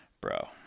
bro